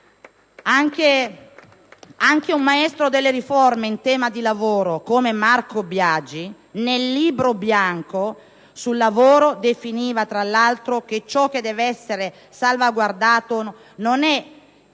Anche un maestro delle riforme in tema di lavoro, come Marco Biagi, nel Libro bianco sul lavoro rilevava, tra l'altro, che ciò che deve essere salvaguardato non è